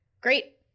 great